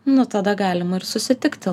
nu tada galima ir susitikti